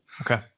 Okay